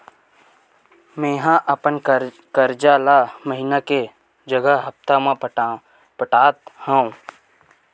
मेंहा अपन कर्जा ला महीना के जगह हप्ता मा पटात हव